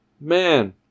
Man